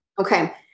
Okay